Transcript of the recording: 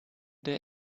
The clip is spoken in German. der